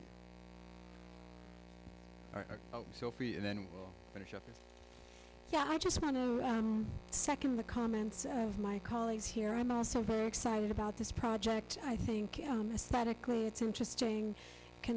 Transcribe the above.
them